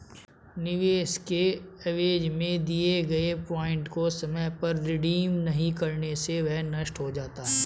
निवेश के एवज में दिए गए पॉइंट को समय पर रिडीम नहीं करने से वह नष्ट हो जाता है